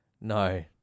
No